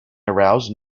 arouse